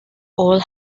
all